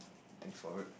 thanks for it